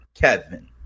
Kevin